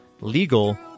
legal